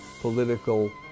political